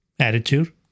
Attitude